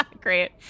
Great